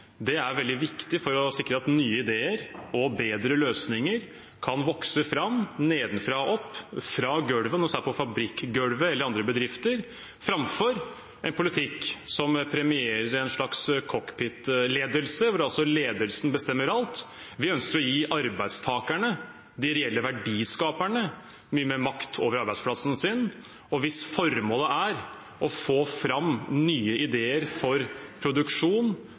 det er veldig viktig for å sikre at nye ideer og bedre løsninger kan vokse fram nedenfra og opp, fra gulvet, om det så er på fabrikkgulvet eller i andre bedrifter – framfor en politikk som premierer en slags cockpit-ledelse hvor ledelsen bestemmer alt. Vi ønsker å gi arbeidstakerne, de reelle verdiskaperne, mye mer makt over arbeidsplassen sin. Og hvis formålet er å få fram nye ideer for produksjon,